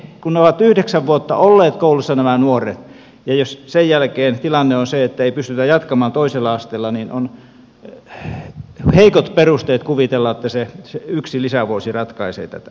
kun ovat yhdeksän vuotta olleet koulussa nämä nuoret ja jos sen jälkeen tilanne on se että ei pystytä jatkamaan toisella asteella niin on heikot perusteet kuvitella että se yksi lisävuosi ratkaisee tätä